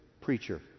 preacher